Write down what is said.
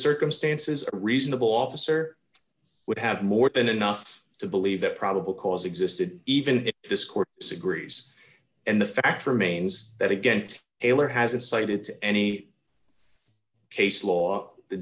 circumstances a reasonable officer would have more than enough to believe that probable cause existed even if this court disagrees and the fact remains that again eyler hasn't cited to any case law the